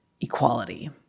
equality